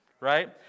right